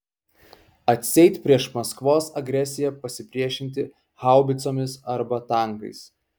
atseit prieš maskvos agresiją pasipriešinti haubicomis arba tankais